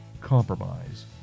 compromise